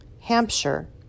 Hampshire